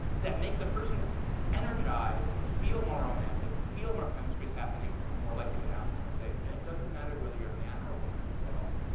that makes a person energized, feel more romantic, feel more chemistry is happening, and more likely to ask on a date. and it doesn't matter whether you're a man or a woman at all.